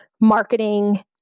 marketing